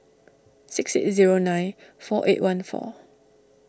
six eight zero nine four eight one four